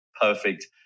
perfect